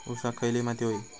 ऊसाक खयली माती व्हयी?